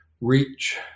reach